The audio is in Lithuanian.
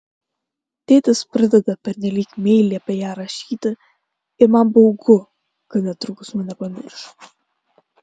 tėtis pradeda pernelyg meiliai apie ją rašyti ir man baugu kad netrukus mane pamirš